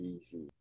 easy